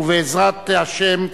ובעזרת השם,